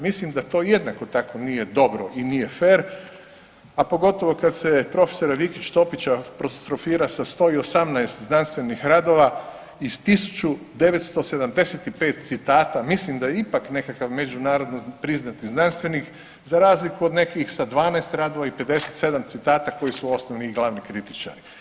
Mislim da to jednako tako nije dobro i nije fer, a pogotovo kada se profesora Vikića Topića … sa 118 znanstvenih radova iz 1975 citata, mislim da je ipak nekakav međunarodno priznati znanstvenik za razliku od nekih sa 12 radova i 57 citata koji su osnovni i glavni kritičari.